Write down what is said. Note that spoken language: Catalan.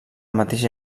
mateix